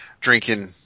drinking